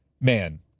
man